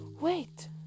wait